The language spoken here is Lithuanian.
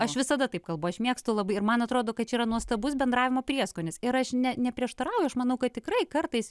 aš visada taip kalbu aš mėgstu labai ir man atrodo kad yra nuostabus bendravimo prieskonis ir aš ne neprieštarauju aš manau kad tikrai kartais